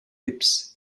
whips